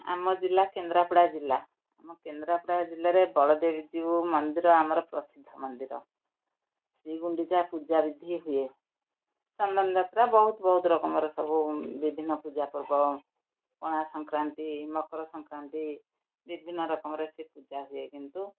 ଆମ ଜିଲ୍ଲା କେନ୍ଦ୍ରାପଡ଼ା ଜିଲ୍ଲା ଆମ କେନ୍ଦ୍ରାପଡ଼ା ଜିଲ୍ଲାରେ ବଳଦେବୀ ଜିଉ ମନ୍ଦିର ଆମର ପ୍ରସିଦ୍ଧ ମନ୍ଦିର ଶ୍ରୀଗୁଣ୍ଡିଚା ପୂଜାବିଧି ହୁଏ ଚନ୍ଦନ ଯାତ୍ରା ବହୁତ ବହୁତ ରକମର ସବୁ ବିଭିନ୍ନ ପୂଜା ପର୍ବ ପଣା ସଂକ୍ରାନ୍ତି ମକର ସଂକ୍ରାନ୍ତି ବିଭିନ୍ନ ରକମରେ ସେ ପୂଜା ହୁଏ କିନ୍ତୁ